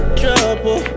trouble